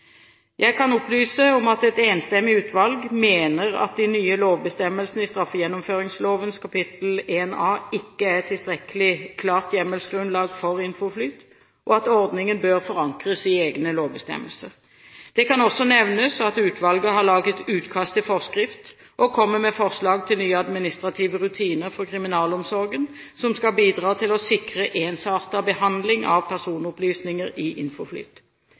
Jeg kan opplyse om at et enstemmig utvalg mener at de nye lovbestemmelsene i straffegjennomføringsloven kapittel 1a ikke er et tilstrekkelig klart hjemmelsgrunnlag for INFOFLYT, og at ordningen bør forankres i egne lovbestemmelser. Det kan også nevnes at utvalget har laget utkast til forskrift og kommer med forslag til nye administrative rutiner for kriminalomsorgen som skal bidra til å sikre ensartet behandling av personopplysninger i